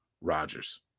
Rodgers